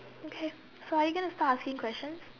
okay so are you gonna start a scene question